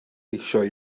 eisiau